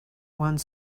one